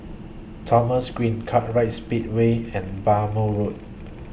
Thomson Green Kartright Speedway and Bhamo Road